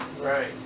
Right